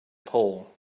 pole